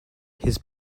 his